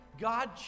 God